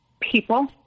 people